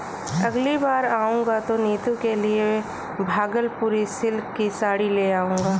अगली बार आऊंगा तो नीतू के लिए भागलपुरी सिल्क की साड़ी ले जाऊंगा